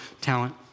talent